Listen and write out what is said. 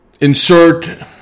insert